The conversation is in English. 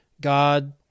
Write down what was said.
God